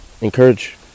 Encourage